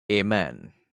amen